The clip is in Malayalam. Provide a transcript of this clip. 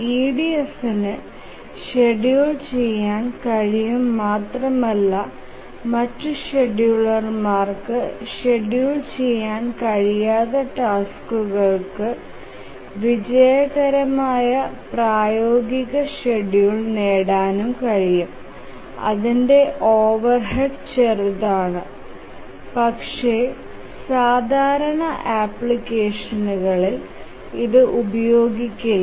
EDF ന് ഷെഡ്യൂൾ ചെയ്യാൻ കഴിയും മാത്രമല്ല മറ്റ് ഷെഡ്യൂളർമാർക്ക് ഷെഡ്യൂൾ ചെയ്യാൻ കഴിയാത്ത ടാസ്ക്കുകൾക്ക് വിജയകരമായ പ്രായോഗിക ഷെഡ്യൂൾ നേടാനും കഴിയും അതിന്റെ ഓവർഹെഡ് ചെറുതാണ് പക്ഷേ സാധാരണ അപ്ലിക്കേഷനുകളിൽ ഇത് ഉപയോഗിക്കില്ല